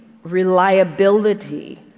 reliability